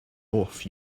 off